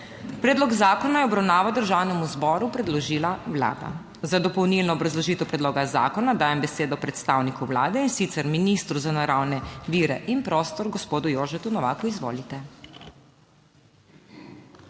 Predlog zakona je v obravnavo Državnemu zboru predložila Vlada. Za dopolnilno obrazložitev predloga zakona dajem besedo predstavniku Vlade, in sicer ministru za naravne vire in prostor, gospodu Jožetu Novaku. Izvolite.